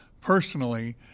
personally